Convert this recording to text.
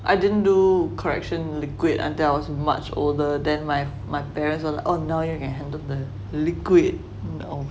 I didn't do correction liquid until I was much older then my my parents were like oh now you can handle the liquid